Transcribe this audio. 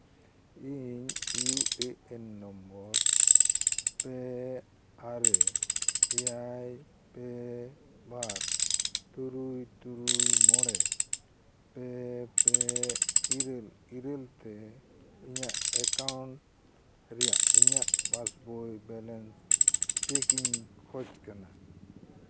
ᱤᱧ U A N number ᱯᱮ ᱟᱨᱮ ᱮᱭᱟᱭ ᱯᱮ ᱵᱟᱨ ᱛᱩᱨᱩᱭ ᱛᱩᱨᱩᱭ ᱢᱚᱬᱮ ᱯᱮ ᱯᱮ ᱤᱨᱟᱹᱞ ᱤᱨᱟᱹᱞ ᱛᱮ ᱤᱧᱟᱜ ᱮᱠᱟᱩᱱᱴ ᱨᱮᱭᱟᱜ ᱤᱧᱟᱜ ᱯᱟᱥᱵᱳᱭ ᱵᱮᱞᱮᱱᱥ ᱪᱮᱠ ᱤᱧ ᱠᱷᱚᱡᱽ ᱠᱟᱱᱟ